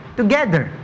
together